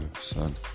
Son